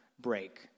break